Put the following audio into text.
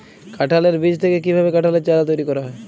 কাঁঠালের বীজ থেকে কীভাবে কাঁঠালের চারা তৈরি করা হয়?